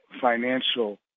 financial